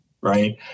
right